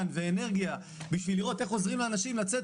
ואנרגיה בשביל לראות איך עוזרים לאנשים לצאת מזה,